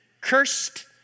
cursed